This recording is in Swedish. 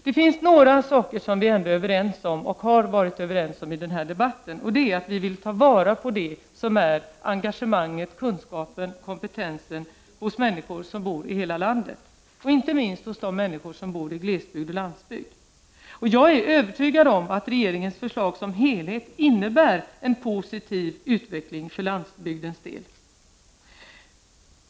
Det finns några saker som vi ändå har varit överens om i den här debatten, och det är att vi vill ta vara på engagemanget, kunskapen och kompetensen hos människor över hela landet, inte minst hos de människor som bor i glesbygd och på landsbygden. Jag är övertygad om att regeringens förslag som helhet innebär en positiv utveckling för landsbygdens del.